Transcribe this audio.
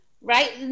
right